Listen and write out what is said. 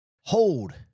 hold